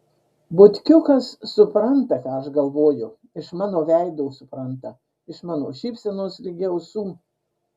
butkiukas supranta ką aš galvoju iš mano veido supranta iš mano šypsenos ligi ausų